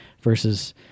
versus